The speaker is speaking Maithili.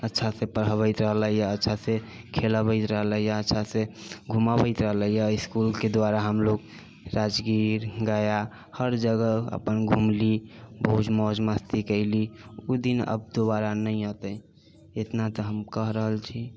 अच्छासँ पढ़बैत रहलै अच्छासँ खेलाबैत रहलै अच्छासँ घुमाबैत रहलै इसकुलके द्वारा हम लोग राजगीर गया हर जगह अपन घुमलीह बहुत मौज मस्ती कयलीह उ दिन आब दोबारा नहि औते इतना तऽ हम कह रहल छी